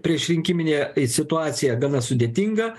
priešrinkiminė situacija gana sudėtinga